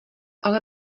ale